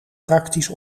praktisch